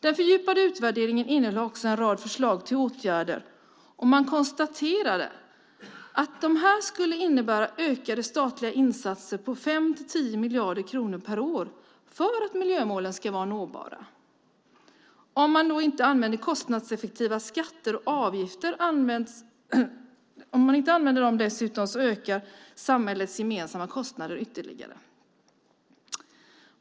Den fördjupade utvärderingen innehöll också en rad förslag till åtgärder, och man konstaterade att de skulle innebära ökade statliga insatser på 5-10 miljarder kronor per år, för att miljömålen ska vara nåbara. Om man inte använder kostnadseffektiva skatter och avgifter ökar samhällets gemensamma kostnader ytterligare.